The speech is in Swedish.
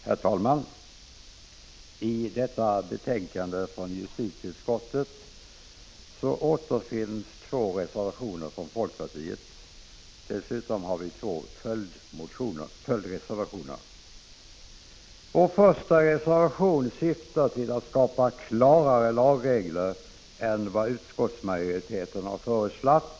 Herr talman! I detta betänkande från justitieutskottet återfinns två reservationer av folkpartiet, och dessutom har vi avgett två följdreservationer. Vår första reservation syftar till att skapa klarare lagregler än vad utskottsmajoriteten har föreslagit.